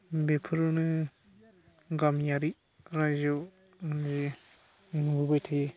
बेफोरावनो गामियारि रायजोआव बे नुबोबाय थायो